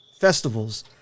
festivals